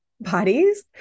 bodies